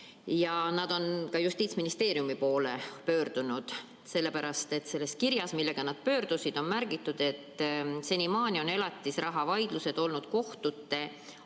Nad on ka Justiitsministeeriumi poole pöördunud. Selles kirjas, millega nad pöördusid, on märgitud, et senimaani on elatisraha vaidlused olnud kohtutele